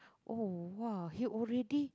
oh !wah! he already